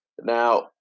Now